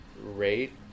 rate